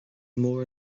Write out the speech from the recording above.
mór